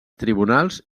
tribunals